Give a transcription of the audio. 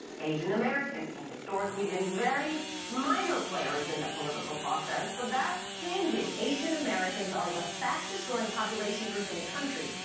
asian americans have historically been very minor players in the political process, but that's changing. asian americans are the fastest-growing population group in the country,